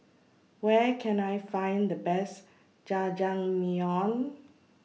Where Can I Find The Best Jajangmyeon